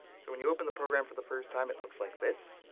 so when you open the program for the first time it looks like this.